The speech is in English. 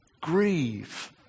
grieve